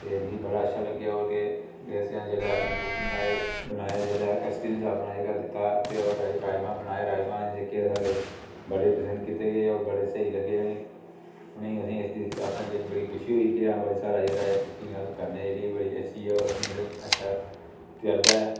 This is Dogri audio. ते मिगी बड़ा अच्छा लग्गेआ ओह् के असें जेल्लै अपने कुकिंग च आए बनाए जेल्लै ऐक्स्पेरिंस जेह्का अपना दित्ता उत्थै होर राजमां बनाए राजमां जेह्के साढ़े बड़े पसंद कीते गे होर बड़े स्हेई लग्गे उनेंगी असेंगी बड़ी ख़ुशी होई कि हां भई साढ़ा जेह्ड़ा ऐ कुकिंग अस करने जेह्डी बड़ी अच्छी ऐ होर असेंगी एह्दा अच्छा तजरबा ऐ